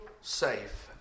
safe